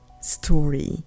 story